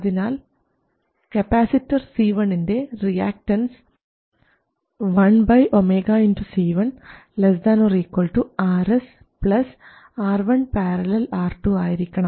അതിനാൽ capacitor C1 ൻറെ reactance 1 ω C1 ≤ Rs R1 ║ R2 ആയിരിക്കണം